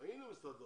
היינו במשרד הרווחה.